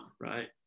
right